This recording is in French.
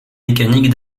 mécaniques